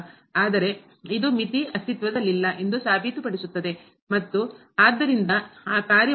ಆದರೆ ಇದು ಮಿತಿ ಅಸ್ತಿತ್ವದಲ್ಲಿಲ್ಲ ಎಂದು ಸಾಬೀತುಪಡಿಸುತ್ತದೆ ಮತ್ತು ಆದ್ದರಿಂದ ಆ ಕಾರ್ಯವು